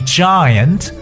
giant